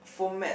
for math